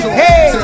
hey